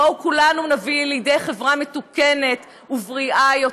בואו כולנו נביא לידי חברה מתוקנת ובריאה יותר,